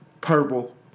purple